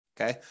Okay